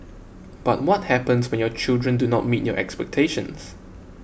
but what happens when your children do not meet your expectations